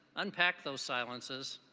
unpack those silences,